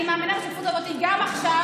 אני מאמינה בשותפות הזאת גם עכשיו.